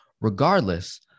Regardless